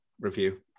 review